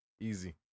easy